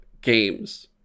games